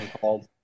called